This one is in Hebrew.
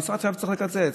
והמשרד צריך לקצץ?